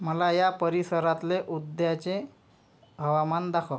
मला या परिसरातले उद्याचे हवामान दाखव